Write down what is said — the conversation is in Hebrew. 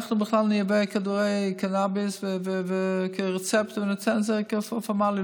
שאנחנו בכלל נייבא כדורי קנביס כרצפט וניתן את זה באופן פורמלי,